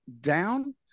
down